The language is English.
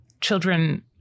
children